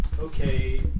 okay